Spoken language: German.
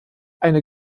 eine